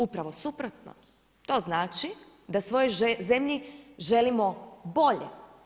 Upravo suprotno, to znači da svojoj zemlji želimo bolje.